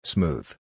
Smooth